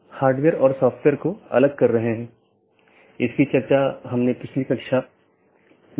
एक विशेष उपकरण या राउटर है जिसको BGP स्पीकर कहा जाता है जिसको हम देखेंगे